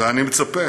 ואני מצפה,